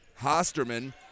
Hosterman